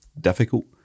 difficult